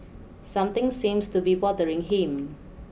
something seems to be bothering him